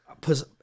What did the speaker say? Put